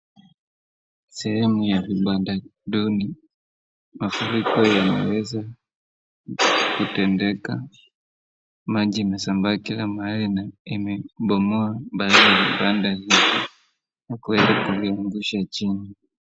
Sehemu ya vibanda duni mafuriko yameweza kutendeka. Maji imesambaa kila mahali na imebomoa baadhi ya vibanda hivyo na kuweza kuviangusha chini.